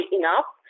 enough